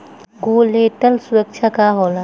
Collateral सुरक्षा का होला?